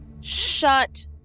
Shut